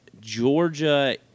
georgia